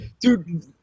dude